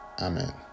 amen